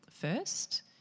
first